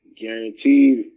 guaranteed